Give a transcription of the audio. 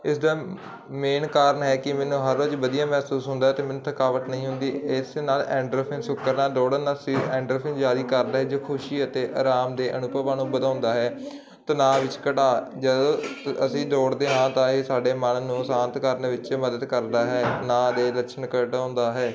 ਇਸਦਾ ਮੇਨ ਕਾਰਨ ਹੈ ਕਿ ਮੈਨੂੰ ਹਰ ਰੋਜ਼ ਵਧੀਆ ਮਹਿਸੂਸ ਹੁੰਦਾ ਅਤੇ ਮੈਨੂੰ ਥਕਾਵਟ ਨਹੀਂ ਹੁੰਦੀ ਇਸ ਨਾਲ ਐਂਡਰੋਫਇਨ ਨਾਲ ਦੌੜਨ ਨਾਲ ਸਰੀਰ ਐਂਡਰੋਫਇਨ ਜ਼ਾਰੀ ਕਰਦਾ ਜੋ ਖੁਸ਼ੀ ਅਤੇ ਆਰਾਮ ਦੇ ਅਨੁਭਵਾਂ ਨੂੰ ਵਧਾਉਂਦਾ ਹੈ ਤਨਾਅ ਵਿੱਚ ਘਟਾਅ ਜਦੋਂ ਅਸੀਂ ਦੌੜਦੇ ਹਾਂ ਤਾਂ ਇਹ ਸਾਡੇ ਮਨ ਨੂੰ ਸ਼ਾਂਤ ਕਰਨ ਵਿੱਚ ਮਦਦ ਕਰਦਾ ਹੈ ਤਨਾਅ ਦੇ ਲੱਛਣ ਘਟਾਉਂਦਾ ਹੈ